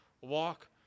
walk